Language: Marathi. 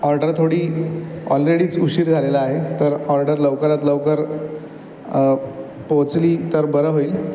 ऑर्डर थोडी ऑलरेडीच उशीर झालेला आहे तर ऑर्डर लवकरात लवकर पोचली तर बरं होईल